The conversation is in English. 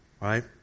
right